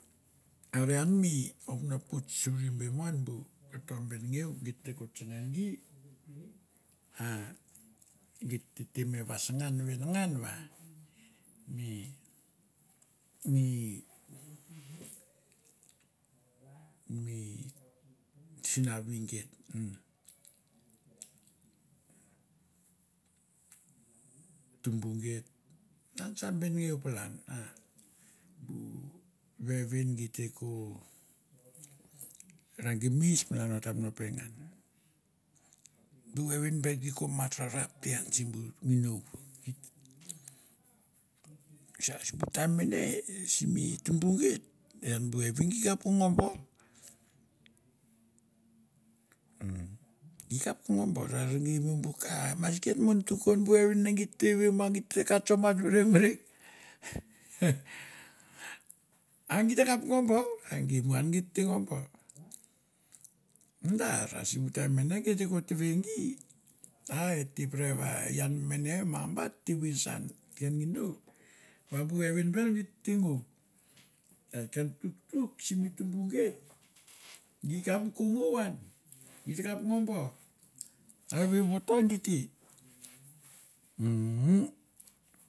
Are an mi om no pots suri bemo an bu koto benengeu geit te ko tsanga gi, a- geit tete me vasangan va mi mi mi sinavi geit, tumbu geit, man sa benengeu palan bu vevin gi te ko ra gimis malan o tam no pengan. Bu vevin gi te ko mat rarap te ian simbu nginou. A kesen simbu taim mene simi tumbu geit ian bu vevin gi kap ko ngo bor, umm gi kap ko ngo bor are gei mo bu ka, maski a tukan bu vevin ne geit te venuv ma gi te katso mat meremerek a geit ta kap ngo bar e gei mo an gei te ngo bor. Madar a sim taim mane gei te me teve gi, a et te pere va e i ian mi mene mangba te virisan ken nginou va bu vevin buer gi te ngou, a ken tuk tuk simi tumbu gei, gi kap ko ngou an, geit ta kap ngo bor, ta veu voto a di te,